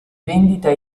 vendita